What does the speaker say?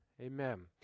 Amen